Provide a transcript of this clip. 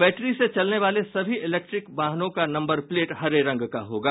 battery से चलने वाले सभी इलेक्ट्रिक वाहनों का नम्बर प्लेट हरे रंग का होगा